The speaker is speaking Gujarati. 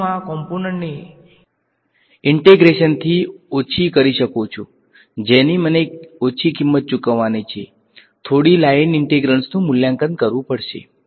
તેથી હું આ કોમ્પોનંટ ને ઇન્ટિગ્રેશનથી ઓછી કરી શકું છું જેની મને ઓછી કિંમત ચૂકવવાની છે થોડી લાઈન ઇન્ટિગ્રેલ્સનું મૂલ્યાંકન કરવું પડશે